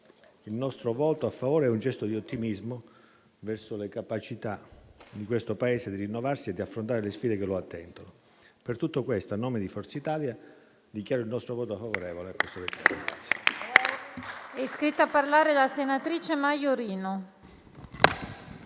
Il nostro voto a favore è un gesto di ottimismo verso le capacità del Paese di rinnovarsi e di affrontare le sfide che lo attendono. Per tutto questo, a nome del Gruppo Forza Italia, dichiaro il nostro voto favorevole.